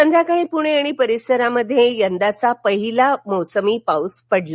संध्याकाळी पूणे आणि परिसरानं यंदाचा पहिला मोसमी पाऊस अनुभवला